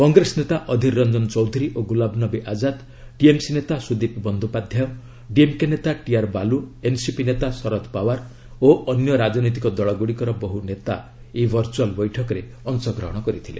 କଂଗ୍ରେସ ନେତା ଅଧୀର ରଞ୍ଜନ ଚୌଧୁରୀ ଓ ଗୁଲାମ ନବୀ ଆକାଦ୍ ଟିଏମ୍ସି ନେତା ସୁଦୀପ ବନ୍ଦୋପାଧ୍ୟାୟ ଡିଏମ୍କେ ନେତା ଟିଆର୍ ବାଲୁ ଏନ୍ସିପି ନେତା ଶରଦ ପାୱାର ଓ ଅନ୍ୟ ରାଜନୈତିକ ଦଳଗୁଡ଼ିକର ବହୁ ନେତା ଏହି ଭର୍ଚୁଆଲ୍ ବୈଠକରେ ଅଂଶଗ୍ରହଣ କରିଥିଲେ